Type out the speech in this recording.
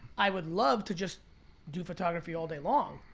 i would love to just do photography all day long.